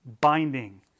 binding